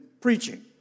preaching